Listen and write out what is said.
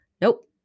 Nope